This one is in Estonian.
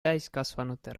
täiskasvanute